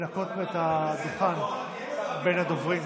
לנקות את הדוכן בין הדוברים.